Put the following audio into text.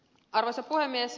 arvoisa puhemies